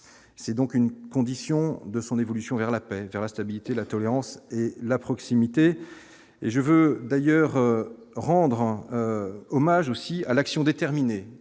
c'est donc une condition de son évolution vers la paix vers la stabilité, la tolérance et la proximité, et je veux d'ailleurs rendre un hommage aussi à l'action déterminée